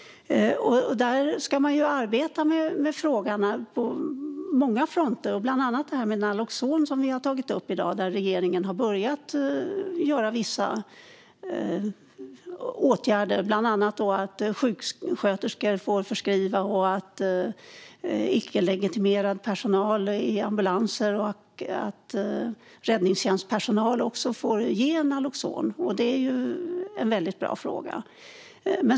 Där ska man arbeta med frågorna på många fronter, bland annat med det här med naloxon, som vi har tagit upp i dag. Regeringen har börjat göra vissa åtgärder, bland annat att sjuksköterskor får förskriva och att icke-legitimerad personal i ambulanser och räddningstjänstpersonal också får ge naloxon. Det är en väldigt bra fråga.